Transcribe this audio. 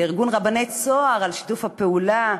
לארגון רבני "צהר" על שיתוף הפעולה,